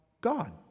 God